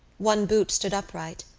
one boot stood upright,